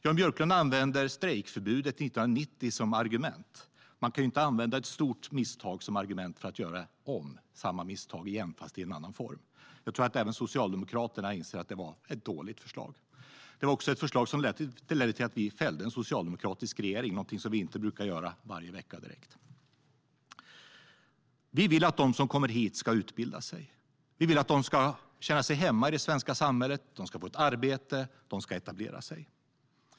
Jan Björklund använder strejkförbudet 1990 som argument. Man kan inte använda ett stort misstag som argument för att göra om samma misstag igen fast i en annan form. Jag tror att även Socialdemokraterna inser att det var ett dåligt förslag. Det var också ett förslag som ledde till att vi fällde en socialdemokratisk regering - någonting som vi inte brukar göra varje vecka direkt. Vi vill att de som kommer hit ska utbilda sig. Vi vill att de ska känna sig hemma i det svenska samhället. De ska få ett arbete, och de ska etablera sig.